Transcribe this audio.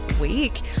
week